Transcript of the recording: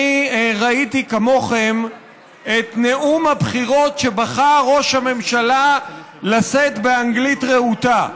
אני ראיתי כמוכם את נאום הבחירות שבחר ראש הממשלה לשאת באנגלית רהוטה.